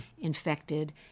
infected